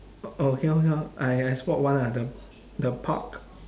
oh okay okay lor I I spot one ah the the park